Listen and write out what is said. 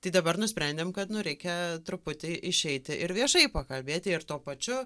tai dabar nusprendėm kad nu reikia truputį išeiti ir viešai pakalbėti ir tuo pačiu